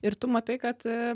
ir tu matai kad